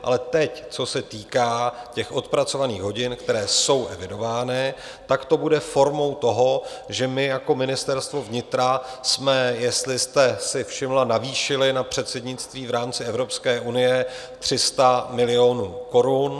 Ale teď co se týká těch odpracovaných hodin, které jsou evidovány, tak to bude formou toho, že my jako Ministerstvo vnitra jsme, jestli jste si všimla, navýšili na předsednictví v rámci Evropské unie 300 milionů korun.